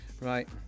Right